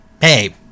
hey